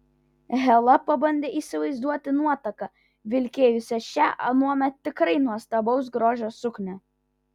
hela pabandė įsivaizduoti nuotaką vilkėjusią šią anuomet tikrai nuostabaus grožio suknią